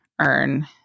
earn